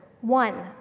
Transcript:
one